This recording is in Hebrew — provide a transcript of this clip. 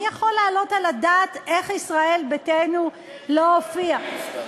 מי יכול להעלות על הדעת איך ישראל ביתנו לא הופיעה?